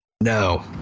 No